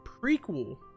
prequel